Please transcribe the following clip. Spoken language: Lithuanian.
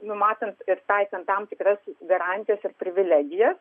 numatant ir taikant tam tikras garantijas ir privilegijas